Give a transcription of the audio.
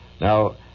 Now